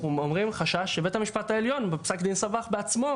אנחנו אומרים חשש שבית המשפט העליון בפסק דין סבח בעצמו